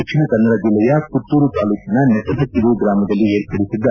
ದಕ್ಷಿಣ ಕನ್ನಡ ಜಿಲ್ಲೆಯ ಪುತ್ತೂರು ತಾಲ್ಲೂಕಿನ ನೆಟ್ಟದಕಿದು ಗ್ರಾಮದಲ್ಲಿ ಏರ್ಪಡಿಸಿದ್ದ